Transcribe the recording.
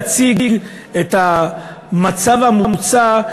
להציג את המצב המוצע,